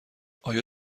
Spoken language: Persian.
آیا